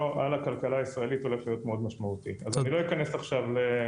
אז אני לא אכנס עכשיו לסיבות ומה צריך לעשות.